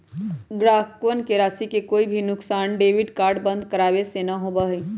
ग्राहकवन के राशि के कोई भी नुकसान डेबिट कार्ड बंद करावे से ना होबा हई